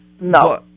No